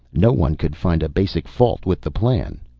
no one could find a basic fault with the plan.